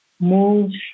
moves